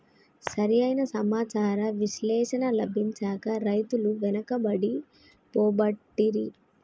సరి అయిన సమాచార విశ్లేషణ లభించక రైతులు వెనుకబడి పోబట్టిరి